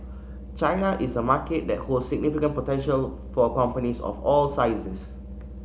China is a market that holds significant potential for companies of all sizes